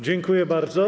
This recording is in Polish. Dziękuję bardzo.